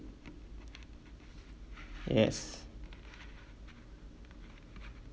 yes